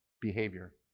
behavior